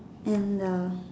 and err